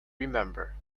remember